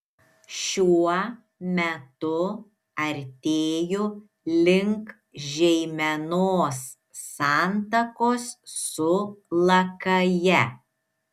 šiuo metu artėju link žeimenos santakos su lakaja